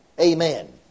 Amen